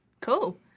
Cool